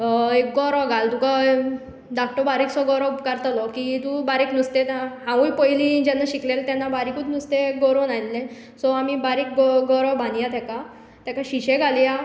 एक गोरो घाल तुका धाकटो बारीकसो गोरो उपकारतलो की तूं बारीक नुस्तें आतां हांवूय पयलीं जेन्ना शिकलेलो तेन्ना बारीकूत नुस्तें गोरोन आयल्लें सो आमी बारीक ग गरो बानया तेका तेका शिशें घालया